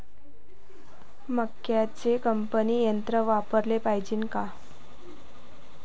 मक्क्याचं कापनी यंत्र वापराले पायजे का?